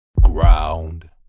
ground